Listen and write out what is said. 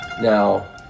now